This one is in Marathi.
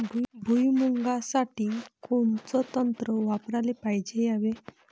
भुइमुगा साठी कोनचं तंत्र वापराले पायजे यावे?